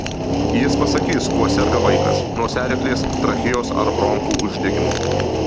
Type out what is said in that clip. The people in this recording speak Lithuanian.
jis pasakys kuo serga vaikas nosiaryklės trachėjos ar bronchų uždegimu